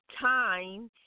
Time